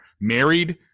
married